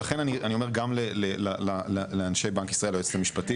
ולכן אני אומר את זה גם לאנשי בנק ישראל וליועצת המשפטית,